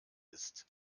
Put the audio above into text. ist